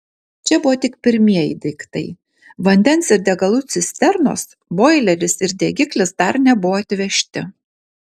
čia buvo tik pirmieji daiktai vandens ir degalų cisternos boileris ir degiklis dar nebuvo atvežti